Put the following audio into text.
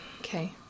Okay